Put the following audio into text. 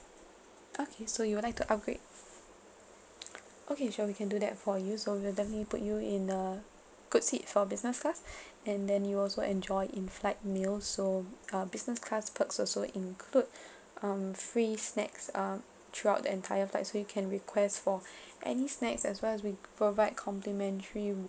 okay so you will like to upgrade okay sure we can do that for you so we'll definitely put you in a good seat for business class and then you'll also enjoy inflight meal so uh business class perks also include um free snacks uh throughout the entire flight so you can request for any snacks as well as we provide complimentary